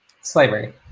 Slavery